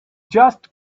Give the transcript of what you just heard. just